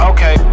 Okay